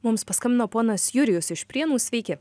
mums paskambino ponas jurijus iš prienų sveiki